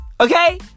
Okay